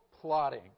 plotting